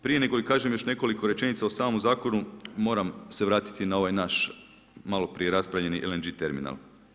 Prije nego li kažem još nekoliko rečenica o samom zakonu, moram se vratiti na ovaj naš, maloprije raspravljeni LNG terminal.